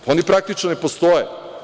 Oni praktično ne postoje.